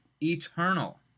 eternal